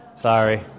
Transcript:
sorry